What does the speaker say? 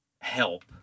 help